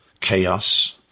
Chaos